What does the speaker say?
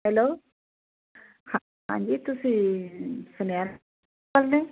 hello ਹਾਂਜੀ ਤੁਸੀਂ ਸੁਨਿਆਰੇ ਤੋਂ ਬੋਲਦੇ ਹੋ